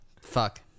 fuck